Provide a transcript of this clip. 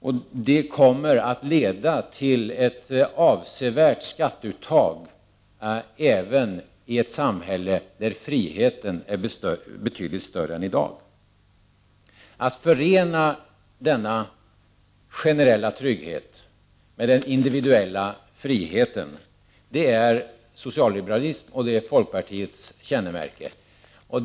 Och det kommer att leda till ett avsevärt skatteuttag, även i ett samhälle där friheten är betydligt större än i dag. Att förena denna generella trygghet med den individuella friheten är socialliberalism, och det är folkpartiets kännemärke.